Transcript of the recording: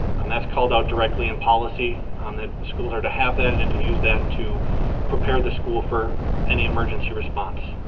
um that's called out directly in policy um that schools are to have that and and to use that to prepare the school for any emergency response.